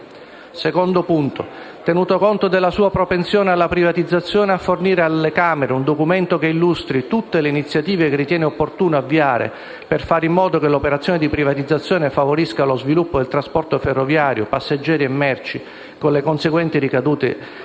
utili; 2) tenuto conto della sua propensione alla privatizzazione, a fornire alle Camere un documento che illustri tutte le iniziative che ritiene opportuno avviare per fare in modo che l'operazione di privatizzazione favorisca lo sviluppo del trasporto ferroviario di passeggeri e di merci, con le conseguenti ricadute